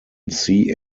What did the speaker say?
sea